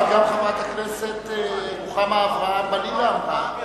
אבל גם חברת הכנסת רוחמה אברהם-בלילא אמרה,